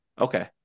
Okay